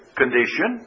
condition